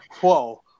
whoa